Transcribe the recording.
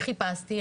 וחיפשתי,